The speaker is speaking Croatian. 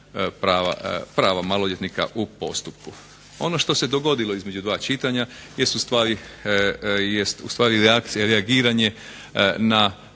prava maloljetnika u postupku. Ono što se dogodilo između dva čitanja jest ustvari reakcija,